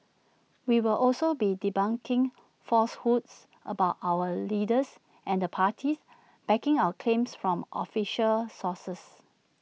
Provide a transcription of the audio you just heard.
we will also be debunking falsehoods about our leaders and the parties backing our claims from official sources